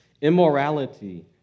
immorality